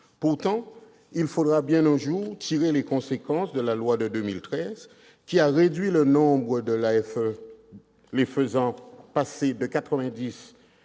Pourtant, il faudra bien un jour tirer les conséquences de la loi de 2013 qui a réduit le nombre de membres de l'AFE, l'Assemblée des